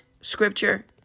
scripture